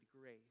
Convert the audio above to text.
grace